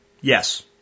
Yes